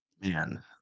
Man